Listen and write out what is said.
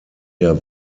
der